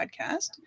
Podcast